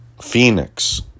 Phoenix